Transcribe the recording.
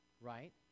right